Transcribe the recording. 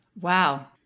Wow